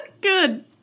good